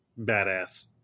badass